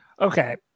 okay